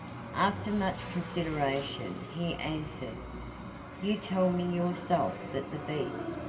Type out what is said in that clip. after much consideration, he answered you tell me yourself that the beast,